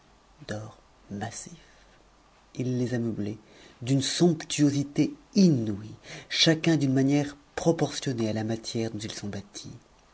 d'or massif il les a meublés d'une somptuosité inouïe chacun d'une manière proportionnée à la matière dont ils sont bâtis